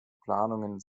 planungen